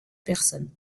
personne